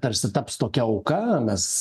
tarsi taps tokia auka mes